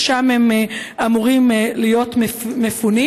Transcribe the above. שלשם הם אמורים להיות מפונים?